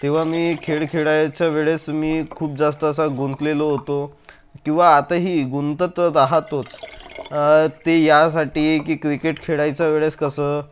तेव्हा मी खेळ खेळायच्या वेळेस मी खूप जास्त असा गुंतलेलो होतो किंवा आता ही गुंतत राहतोच ते यासाठी की क्रिकेट खेळायच्या वेळेस कसं